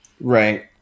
Right